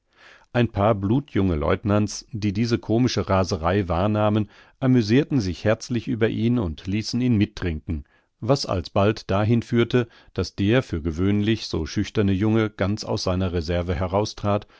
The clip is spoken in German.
ein paar blutjunge lieutenants die diese komische raserei wahrnahmen amüsirten sich herzlich über ihn und ließen ihn mittrinken was alsbald dahin führte daß der für gewöhnlich so schüchterne junge ganz aus seiner reserve heraustrat